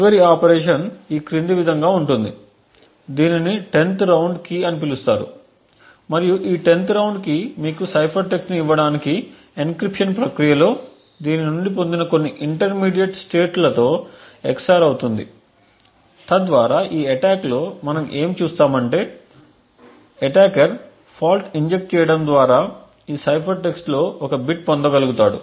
చివరి ఆపరేషన్ ఈ క్రింది విధంగా ఉంటుంది దీనిని 10th రౌండ్ కీ అని పిలుస్తారు మరియు ఈ 10th రౌండ్ కీ మీకు సైఫర్ టెక్స్ట్ని ఇవ్వడానికి ఎన్క్రిప్షన్ ప్రక్రియలో దీని నుండి పొందిన కొన్ని ఇంటర్మీడియట్ స్టేట్ తో XOR అవుతుంది తద్వారా ఈ అటాక్ లో మనం ఏమి చూస్తాము అంటే అటాకర్ ఫాల్ట్ ఇంజెక్ట్ చేయడం ద్వారా ఈ సైఫర్ టెక్స్ట్ లో ఒక బిట్ను పొందగలుగుతాడు